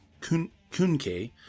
Kunke